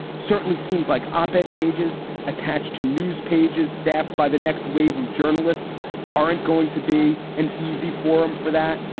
certainly seems like op ed pages attached to news pages staffed by the next wave of journalists aren't going to be an easy forum for that.